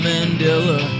Mandela